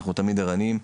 אנחנו תמיד ערניים.